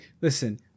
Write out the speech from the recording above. listen